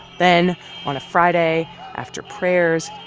then on a friday after prayers,